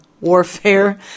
warfare